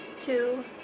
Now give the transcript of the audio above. Two